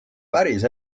päris